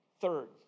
Third